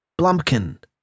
Blumpkin